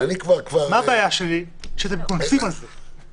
הבעיה שלי היא שאתם קונסים על זה.